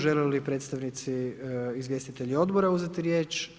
Žele li predstavnici, izvjestitelji odbora uzeti riječ?